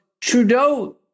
Trudeau